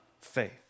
faith